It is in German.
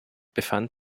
befand